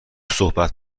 صحبت